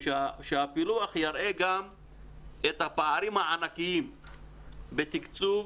שהפילוח יראה גם את הפערים הענקיים בתקצוב